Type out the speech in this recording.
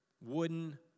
wooden